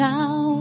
Now